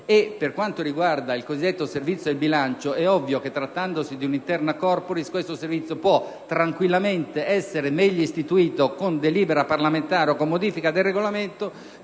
Per quanto riguarda il così detto Servizio del bilancio, è evidente che, trattandosi di *interna corporis,* questo Servizio può essere meglio istituito con delibera parlamentare o con modifica del Regolamento